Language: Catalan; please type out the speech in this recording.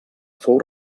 fou